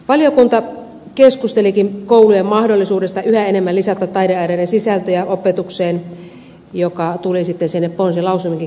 valiokunta keskustelikin koulujen mahdollisuudesta yhä enemmän lisätä taideaineiden sisältöjä opetukseen ja se tuli sitten sinne ponsilausumiinkin kirjatuksi